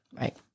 Right